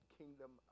kingdom